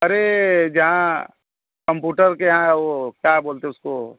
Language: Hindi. अरे जहाँ कम्पुटर के यहाँ वे क्या बोलते हैं उसको